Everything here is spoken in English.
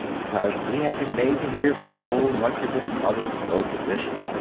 because he had been made to hear so much of his mother's low position.